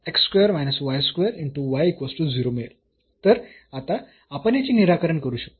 तर आता आपण याचे निराकरण करू शकतो